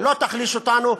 לא תחליש אותנו.